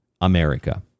America